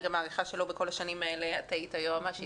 אני גם מעריכה שלא בכל השנים האלה את הייתי היועמ"שית.